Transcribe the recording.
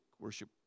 worship